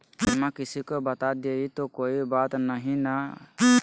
पिनमा किसी को बता देई तो कोइ बात नहि ना?